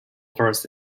versed